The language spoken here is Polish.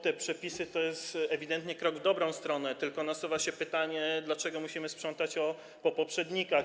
Te przepisy to jest ewidentnie krok w dobrą stronę, tyle że nasuwa się pytanie, dlaczego musimy sprzątać po poprzednikach.